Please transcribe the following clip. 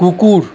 কুকুর